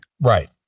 Right